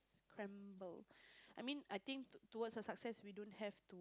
scramble I mean I think to towards a success we don't have to